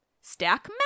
stack